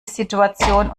situation